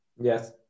Yes